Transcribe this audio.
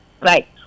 Right